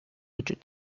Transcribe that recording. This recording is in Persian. وجود